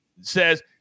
says